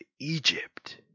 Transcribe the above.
Egypt